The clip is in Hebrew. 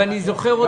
ואני זוכר אותו.